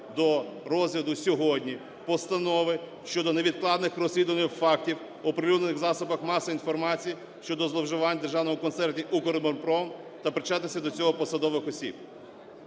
до розгляду сьогодні постанови щодо невідкладних розслідувань фактів, оприлюднених в засобах масової інформації щодо зловживань Державного концерну "Укроборонпром" та причетності до цього посадових осіб.